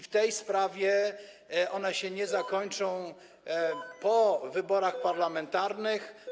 W tej sprawie one się nie zakończą po wyborach parlamentarnych.